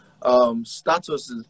statuses